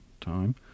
time